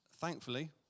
thankfully